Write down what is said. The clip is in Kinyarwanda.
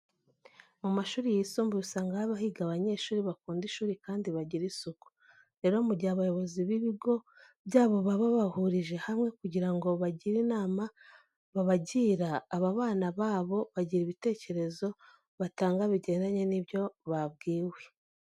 Mu mashuri yisumbuye usanga haba higa abanyeshuri bakunda ishuri kandi bagira isuku. Rero mu gihe abayobozi b'ibigo byabo baba babahurije hamwe kugira ngo bagire inama babagira, aba bana ba bo bagira ibitekerezo batanga bigendanye n'ibyo babwiwe.